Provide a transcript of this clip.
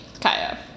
Kaya